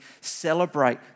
celebrate